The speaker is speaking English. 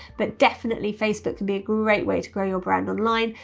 but definitely facebook could be a great way to grow your brand online,